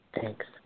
Thanks